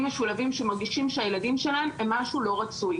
משולבים שמרגישים שהילדים שלהם הם לא רצויים.